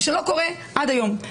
מה שלא קורה עד היום,